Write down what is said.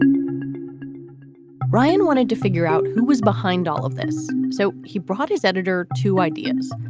and ryan wanted to figure out who was behind all of this, so he brought his editor two ideas.